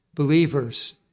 believers